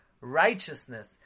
righteousness